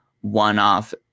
one-off